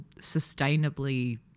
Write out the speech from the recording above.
sustainably